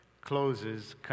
closes